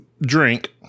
drink